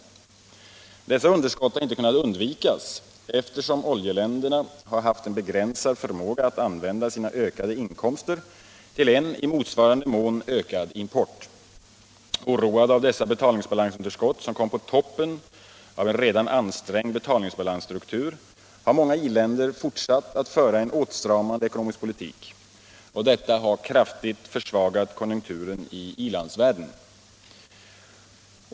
Dessa underskott har inte kunnat undvikas eftersom oljeländerna haft en begränsad förmåga att använda sina ökade inkomster till en i motsvarande mån ökad import. Oroade av dessa betalningsbalansunderskott, som kom på toppen av en redan ansträngd betalningsbalansstruktur, har många i-länder fortsatt att föra en åtstramande ekonomisk politik. Detta har kraftigt försvagat konjunkturen i i-landsvärlden.